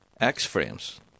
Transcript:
X-frames